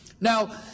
Now